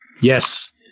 Yes